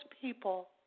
people